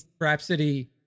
Rhapsody